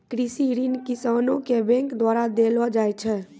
कृषि ऋण किसानो के बैंक द्वारा देलो जाय छै